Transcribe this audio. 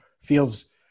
feels